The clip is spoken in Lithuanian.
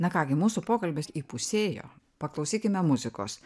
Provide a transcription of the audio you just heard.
na ką gi mūsų pokalbis įpusėjo paklausykime muzikos